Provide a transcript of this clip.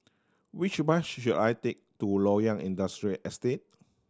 which bus should should I take to Loyang Industrial Estate